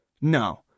No